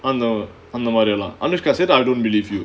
அந்த மாரி எல்லாம்:antha maari ellaam anushka said I don't believe you